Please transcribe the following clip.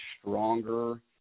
stronger